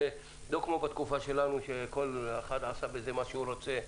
זה לא כמו בתקופה שלנו שכל אחד עשה בזה מה שהוא רוצה,